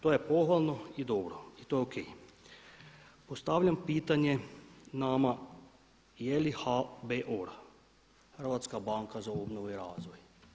To je pohvalno i dobro i to je o.k. Postavljam pitanje nama jeli HBOR-a Hrvatska banka za obnovu i razvoj?